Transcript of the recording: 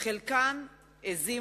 חלקן עזים,